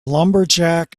lumberjack